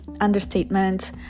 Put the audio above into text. understatement